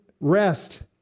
rest